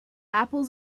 apples